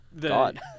God